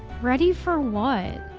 ready for what?